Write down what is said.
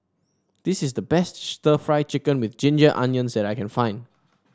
this is the best stir Fry Chicken with Ginger Onions that I can find